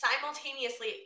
Simultaneously